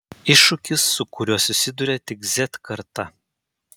iššūkis su kuriuo susiduria tik z karta